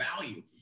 value